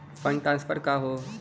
Fund transfer का हव?